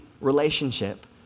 relationship